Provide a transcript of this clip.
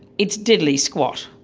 it's diddly squat.